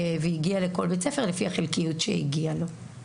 והגיעה לכל בית ספר לפי החלקיות שהגיעה לו.